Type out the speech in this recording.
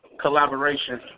collaboration